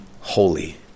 Holy